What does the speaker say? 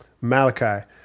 Malachi